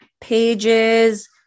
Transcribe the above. pages